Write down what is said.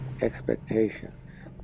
expectations